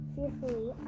Fearfully